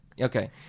Okay